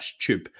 tube